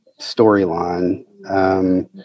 storyline